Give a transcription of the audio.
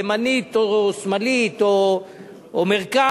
ימנית או שמאלית או מרכז.